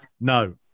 No